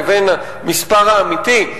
לבין המספר האמיתי,